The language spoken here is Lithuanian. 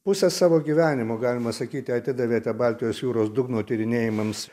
pusę savo gyvenimo galima sakyti atidavėte baltijos jūros dugno tyrinėjimams